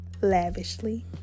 Lavishly